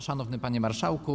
Szanowny Panie Marszałku!